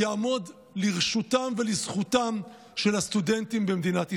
נעמוד לרשותם ולזכותם של הסטודנטים במדינת ישראל.